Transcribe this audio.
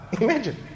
Imagine